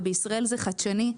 ובישראל זה חדשני.